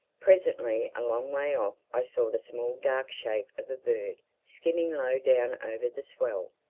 presently a long way off i saw the small dark shape of a bird skimming low down over the swell.